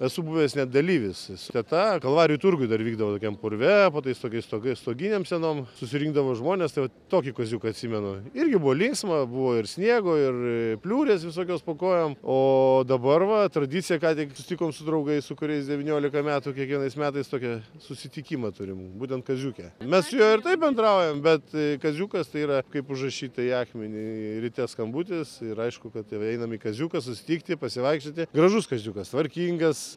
esu buvęs net dalyvis tada kalvarijų turguje dar vykdavo tokiam purve po tais stogais stoginėm senom susirinkdavo žmonės tai vat tokį kaziuką atsimenu irgi buvo linksma buvo ir sniego ir pliurės visokios po kojom o dabar va tradicija ką tik susitikom su draugais su kuriais devyniolika metų kiekvienais metais tokį susitikimą turim būtent kaziuke mes ir taip bendraujame bet kaziukas tai yra kaip užrašyta į akmenį ryte skambutis ir aišku kad ir einame į kaziuką susitikti pasivaikščioti gražus kaziukas tvarkingas